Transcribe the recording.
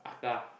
Aka